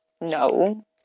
no